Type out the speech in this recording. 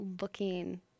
looking